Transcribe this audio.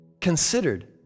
considered